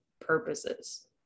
purposes